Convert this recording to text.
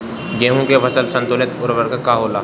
गेहूं के फसल संतुलित उर्वरक का होला?